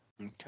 Okay